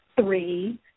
three